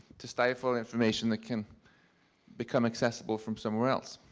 to stifle information that can become accessible from somewhere else?